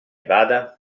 vada